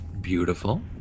Beautiful